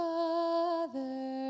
Father